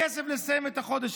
לכסף לסיים את החודש,